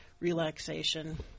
relaxation